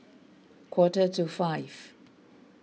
quarter to five